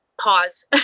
pause